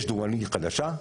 יש דוגמנית חדשה,